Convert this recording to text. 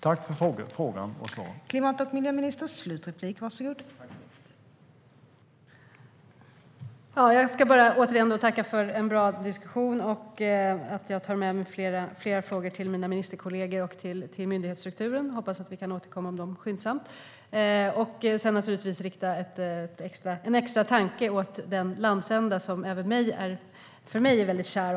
Tack för svaret!